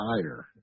higher